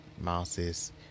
Mouse's